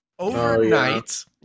Overnight